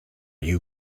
you